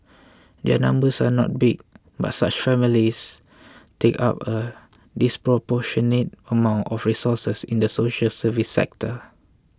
their numbers are not big but such families take up a disproportionate amount of resources in the social service sector